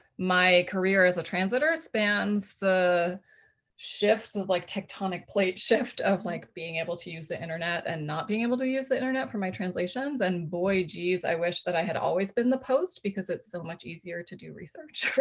my career as a translator spans the shifts like tectonic plate shift of like being able to use the internet and not being able to use the internet for my translations. and boy, geez, i wish that i had always been the post because it's so much easier to do research. right?